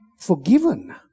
forgiven